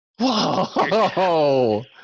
Whoa